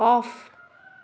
off